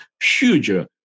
huge